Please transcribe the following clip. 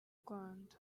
rwanda